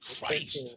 Christ